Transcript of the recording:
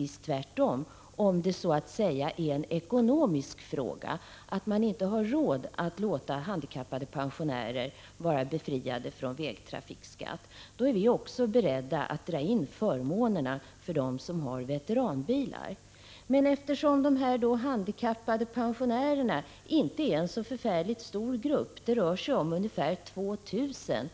1985/86:127 så att säga är en ekonomisk fråga, att samhället inte har råd att låta 24 april 1986 handikappade pensionärer vara befriade från vägtrafikskatt, så är vi också beredda att dra in förmånerna för dem som har veteranbilar. | Men eftersom de handikappade pensionärerna inte är någon så förfärligt stor grupp — det rör sig om ungefär 2 000 personer